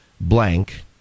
blank